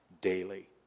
daily